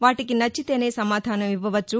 వాటికి నచ్చితేనే సమాధానం ఇవ్వవచ్చు